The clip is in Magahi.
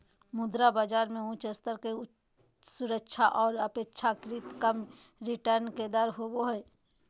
मुद्रा बाजार मे उच्च स्तर के सुरक्षा आर अपेक्षाकृत कम रिटर्न के दर होवो हय